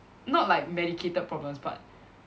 not like medicated problems but